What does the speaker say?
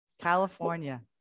California